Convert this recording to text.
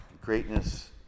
Greatness